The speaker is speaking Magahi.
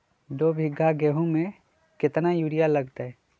दो बीघा गेंहू में केतना यूरिया लगतै?